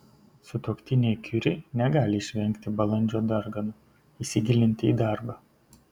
sutuoktiniai kiuri negali išvengti balandžio darganų įsigilinti į darbą